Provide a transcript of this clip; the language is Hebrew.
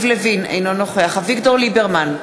אינו נוכח אביגדור ליברמן,